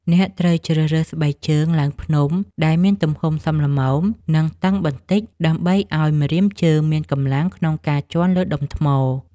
អ្នកត្រូវជ្រើសរើសស្បែកជើងឡើងភ្នំដែលមានទំហំសមល្មម និងតឹងបន្តិច ដើម្បីឱ្យម្រាមជើងមានកម្លាំងក្នុងការជាន់លើដុំថ្ម។